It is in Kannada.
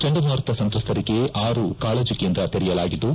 ಚಂಡಮಾರುತ ಸಂತ್ರಸ್ತರಿಗೆ ಆರು ಕಾಳಜಿ ಕೇಂದ್ರ ತೆರೆಯಲಾಗಿದ್ದು